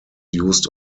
used